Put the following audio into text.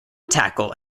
tackle